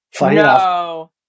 No